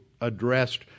addressed